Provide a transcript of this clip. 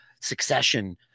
succession